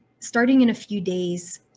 starting in a few days,